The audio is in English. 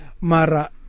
Mara